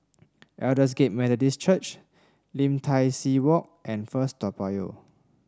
Aldersgate Methodist Church Lim Tai See Walk and First Toa Payoh